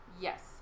Yes